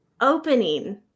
opening